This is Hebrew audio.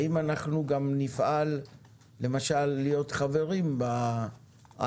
האם אנחנו גם נפעל למשל להיות חברים ב-ICSMS?